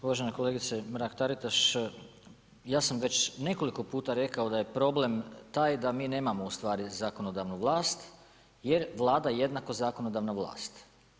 Uvažena kolegice Mrak-Taritaš, ja sam već nekoliko puta rekao da je problem taj da mi nemamo u stvari, zakonodavnu vlast jer vlada jednako zakonodavna vlast.